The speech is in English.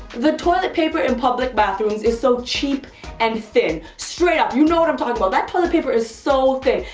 the toilet paper in public bathrooms is so cheap and thin. straight up, you know what i'm talkin' about. that toilet paper is so thin.